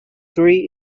three